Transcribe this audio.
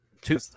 two